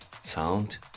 sound